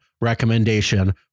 recommendation